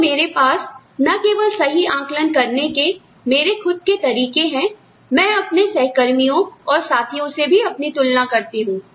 तो मेरे पास ना केवल सही आंकलन करने के मेरे खुद के तरीके हैं मैं अपने सहकर्मियों और साथियों से भी अपनी तुलना करती हूं